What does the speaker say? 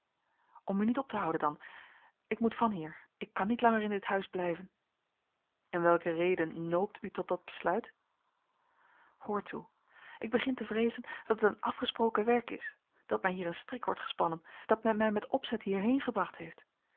om u niet op te houden dan ik moet van hier ik kan niet langer in dit huis blijven en welke reden noopt u tot dat besluit hoor toe ik begin te vreezen dat het een afgesproken werk is dat mij hier een strik wordt gespannen dat men mij met opzet hierheen gebracht heeft